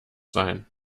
sein